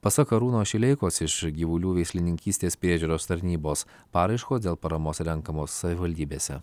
pasak arūno šileikos iš gyvulių veislininkystės priežiūros tarnybos paraiškos dėl paramos renkamos savivaldybėse